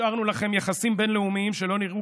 השארנו לכם יחסים בין-לאומיים שלא נראו